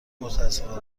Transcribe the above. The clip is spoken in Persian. متاسفم